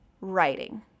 writing